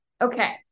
Okay